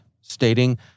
stating